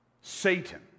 Satan